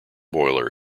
boiler